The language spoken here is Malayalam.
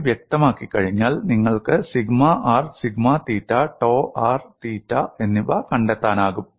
ഫൈ വ്യക്തമാക്കികഴിഞ്ഞാൽ നിങ്ങൾക്ക് sigma r sigma theta tau r theta എന്നിവ കണ്ടെത്താനാകും